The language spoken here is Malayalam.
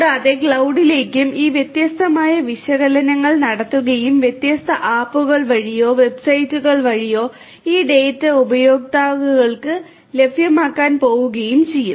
കൂടാതെ ക്ലൌഡിലേക്കും ഈ വ്യത്യസ്തമായ വിശകലനങ്ങൾ നടത്തുകയും വ്യത്യസ്ത ആപ്പുകൾ വഴിയോ വെബ്സൈറ്റുകൾ വഴിയോ ഈ ഡാറ്റ ഉപയോക്താക്കൾക്ക് ലഭ്യമാക്കാൻ പോകുകയും ചെയ്യും